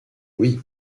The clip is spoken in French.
oui